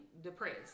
depressed